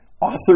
Author